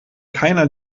keiner